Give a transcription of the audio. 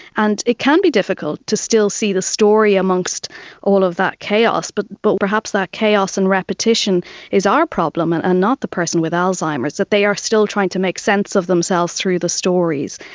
and it can be difficult to still see the story amongst all of that chaos, but but perhaps that chaos and repetition is our problem and and not the person with alzheimer's, that they are still trying to make sense of themselves through the stories,